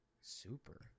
Super